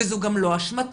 זו גם לא אשמתם,